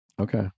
Okay